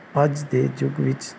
ਅੱਜ ਦੇ ਯੁੱਗ ਵਿੱਚ